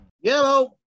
yellow